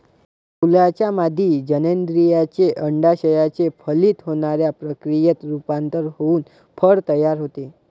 फुलाच्या मादी जननेंद्रियाचे, अंडाशयाचे फलित होण्याच्या प्रक्रियेत रूपांतर होऊन फळ तयार होते